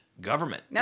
government